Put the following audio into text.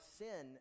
sin